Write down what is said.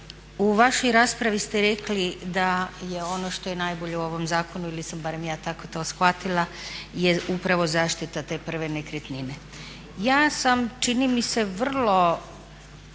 u vašoj raspravi ste rekli da je ono što je najbolje u ovom zakonu ili sam barem ja tako to shvatila, je upravo zaštita te prve nekretnine. Ja sam čini mi se vrlo